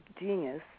genius